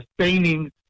sustaining